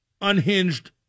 unhinged